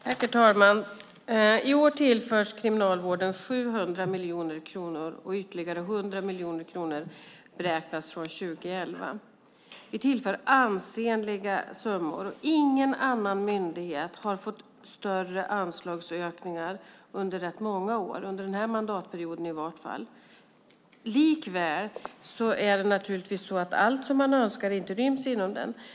Herr talman! I år tillförs Kriminalvården 700 miljoner kronor, och ytterligare 100 miljoner kronor beräknas från år 2011. Vi tillför ansenliga summor, och ingen annan myndighet har fått större anslagsökningar under rätt många år, i alla fall under den här mandatperioden. Likväl ryms naturligtvis inte allt som man önskar inom anslagsökningen.